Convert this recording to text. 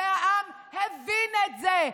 והעם הבין את זה.